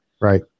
Right